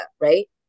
right